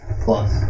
Plus